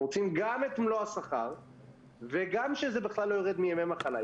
רוצים גם את מלוא השכר וגם שזה לא ירד מימי המחלה.